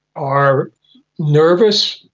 are nervous,